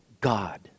God